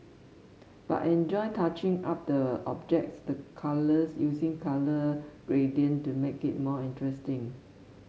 but I enjoy touching up the objects the colours using colour gradient to make it more interesting